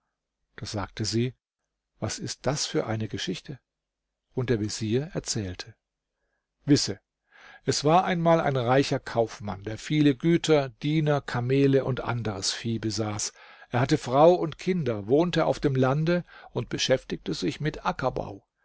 da sagte sie was ist das für eine geschichte und der vezier erzählte wisse es war einmal ein reicher kaufmann der viele güter diener kamele und anderes vieh besaß er hatte frau und kinder wohnte auf dem lande und beschäftigte sich mit ackerbau